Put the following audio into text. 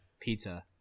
Pizza